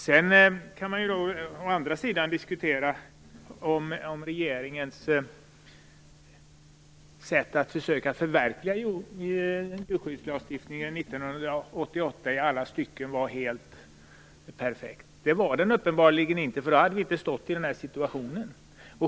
Sedan kan man diskutera om regeringens sätt att försöka förverkliga djurskyddslagstiftningen 1988 i alla stycken var perfekt. Det var den uppenbarligen inte, för då hade vi inte varit i den här situationen.